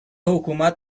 حکومت